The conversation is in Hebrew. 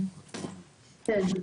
כן,